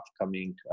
upcoming